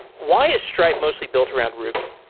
why is stripe mostly built around ruby?